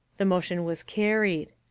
the motion was carried.